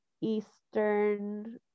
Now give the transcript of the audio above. eastern